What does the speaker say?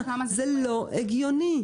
זה לא הגיוני.